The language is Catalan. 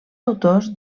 autors